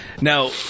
Now